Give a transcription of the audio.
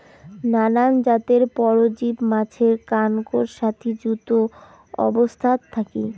নানান জাতের পরজীব মাছের কানকোর সাথি যুত অবস্থাত থাকি